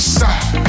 side